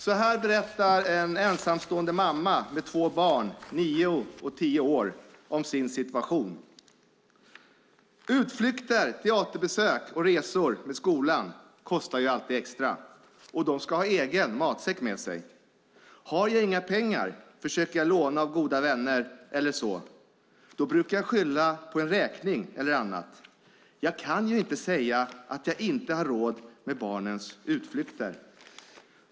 Så här berättar en ensamstående mamma med två barn, nio och tio år gamla, om sin situation: "Utflykter, teaterbesök och resor med skolan kostar ju alltid extra, och de ska ha egen matsäck med sig. Har jag inga pengar försöker jag låna av goda vänner eller så. Då brukar jag skylla på en räkning eller annat, jag kan ju inte säga att jag inte har råd med barnens utflykter.